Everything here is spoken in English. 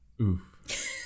oof